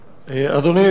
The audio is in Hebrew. אדוני סגן השר,